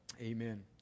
amen